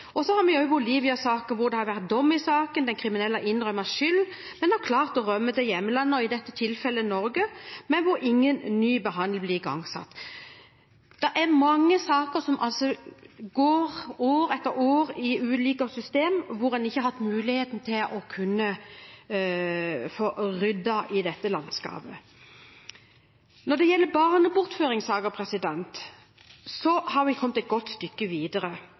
Så har vi også Bolivia-saken, hvor det har vært dom i saken. Den kriminelle har innrømmet skyld, men har klart å rømme til hjemlandet, i dette tilfelle Norge, men ingen ny behandling blir igangsatt. Det er mange saker som altså går år etter år i ulike system, og hvor en ikke har hatt muligheten til å kunne få ryddet opp i dette landskapet. Når det gjelder barnebortføringssaker, har vi kommet et godt stykke videre.